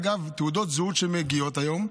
אגב, תעודות זהות שמגיעות היום,